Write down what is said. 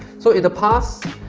so in the past,